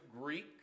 Greek